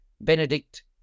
Benedict